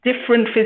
different